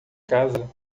casa